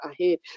ahead